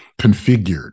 configured